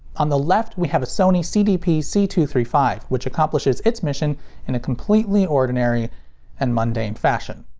on the left, we have a sony cdp c two three five, which accomplishes its mission in a completely ordinary and mundane fashion.